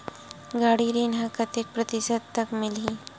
गाड़ी ऋण ह कतेक प्रतिशत म मिलही?